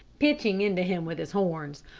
pitching into him with his horns.